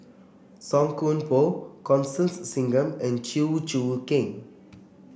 Song Koon Poh Constance Singam and Chew Choo Keng